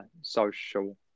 social